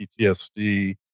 PTSD